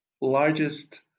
largest